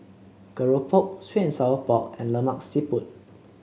Keropok sweet and Sour Pork and Lemak Siput